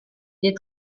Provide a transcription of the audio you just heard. les